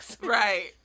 right